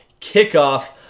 kickoff